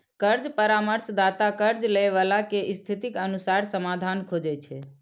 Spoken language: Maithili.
कर्ज परामर्शदाता कर्ज लैबला के स्थितिक अनुसार समाधान खोजै छै